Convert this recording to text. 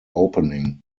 opening